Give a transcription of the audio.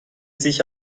sich